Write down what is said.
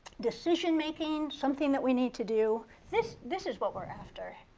decision making, something that we need to do. this this is what we're after,